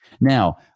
Now